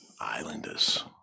islanders